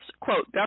quote